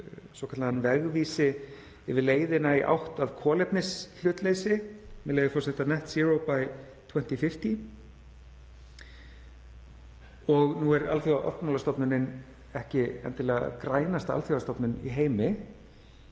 svokallaðan vegvísi yfir leiðina í átt að kolefnishlutleysi, með leyfi forseta, „net zero by 2050“. Nú er Alþjóðaorkumálastofnunin ekki endilega grænasta alþjóðastofnun í heimi,